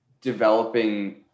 developing